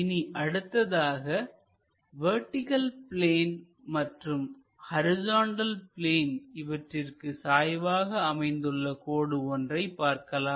இனி அடுத்ததாக vertical plane மற்றும் ஹரிசாண்டல் பிளேன் இவற்றிற்கு சாய்வாக அமைந்துள்ள கோடு ஒன்றை பார்க்கலாம்